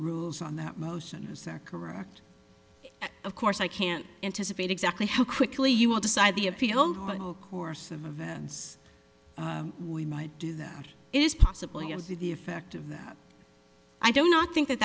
rules on that motion is that correct of course i can't anticipate exactly how quickly you will decide the appeal the whole course of events we might do that is possibly of the effect of that i don't not think that